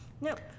Nope